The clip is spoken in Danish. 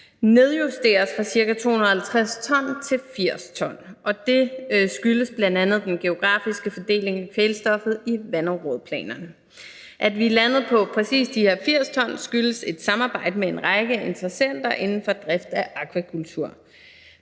nedjusteres fra cirka 250 t til 80 t. Det skyldes bl.a. den geografiske fordeling af kvælstoffet i vandområdeplanerne. At vi er landet på præcis de her 80 t skyldes et samarbejde mellem en række interessenter inden for drift af akvakultur.